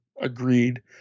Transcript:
agreed